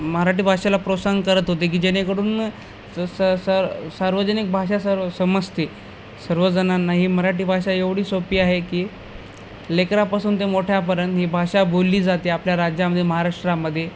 मराठी भाषेला प्रोत्साहन करत होते की जेणेकडून स स स सार्वजनिक भाषा सर्व समजते सर्वजणांना ही मराठी भाषा एवढी सोपी आहे की लेकरापासून ते मोठ्यापर्यंत ही भाषा बोलली जाते आपल्या राज्यामध्ये महाराष्ट्रामध्ये